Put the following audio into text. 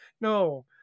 no